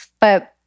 But-